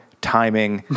timing